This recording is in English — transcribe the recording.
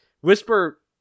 Whisper